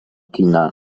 kina